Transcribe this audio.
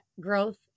growth